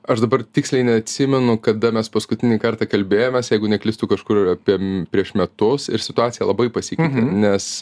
aš dabar tiksliai neatsimenu kada mes paskutinį kartą kalbėjomės jeigu neklystu kažkur apie prieš metus ir situacija labai pasikeitė nes